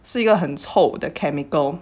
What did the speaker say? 是一个很臭的 chemical